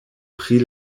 pri